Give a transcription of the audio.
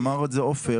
אמר את זה עופר.